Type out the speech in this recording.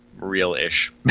real-ish